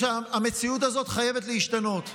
המציאות הזאת חייבת להשתנות.